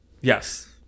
yes